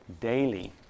daily